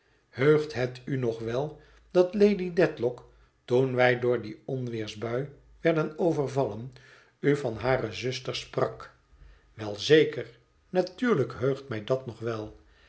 heugt het u nog wel dat lady dedlock toen wij door die onweersbui werden overvallen u van hare zuster sprak wel zeker natuurlijk heugt mij dat nog wel